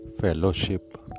Fellowship